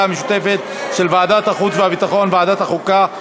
המשותפת של ועדת החוץ והביטחון וועדת החוקה,